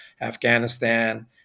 Afghanistan